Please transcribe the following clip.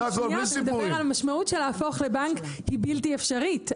אבל לדבר על המשמעות של להפוך בנק היא בלתי אפשרית.